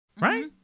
right